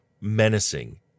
menacing